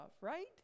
right